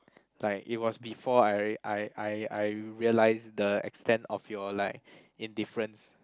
like it was before I I I I realise the extent of your like indifference